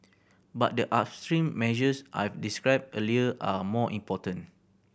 but the upstream measures I've described earlier are more important